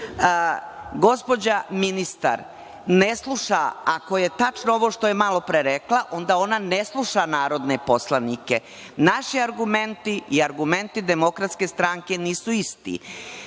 tiče. Gospođa ministar ne sluša. Ako je tačno ovo što je malo pre rekla, onda ona ne sluša narodne poslanike. Naši argumenti i argumenti DS nisu isti.